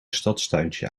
stadstuintje